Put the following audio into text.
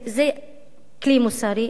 הפלסטינים.